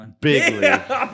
Bigly